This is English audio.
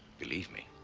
believe me,